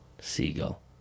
Seagull